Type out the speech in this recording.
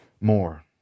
more